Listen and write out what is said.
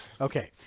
Okay